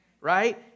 right